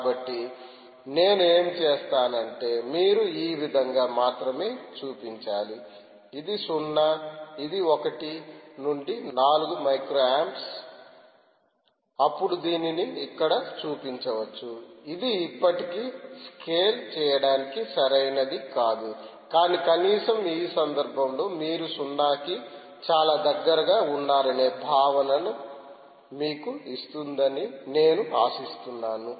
కాబట్టి నేను ఏమి చేస్తాను అంటే మీరు ఈ విధంగా మాత్రమే చూపించాలి ఇది 0 ఇది 1 నుండి 4 మైక్రో ఆంప్స్ అప్పుడు దీనిని ఇక్కడ చూపించవచ్చు ఇది ఇప్పటికీ స్కేల్ చేయడానికి సరైనది కాదు కానీ కనీసం ఈ సందర్భంలో మీరు 0 కి చాలా దగ్గరగా ఉన్నారనే భావన మీకు ఇస్తుందని నేను ఆశిస్తున్నాను